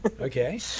Okay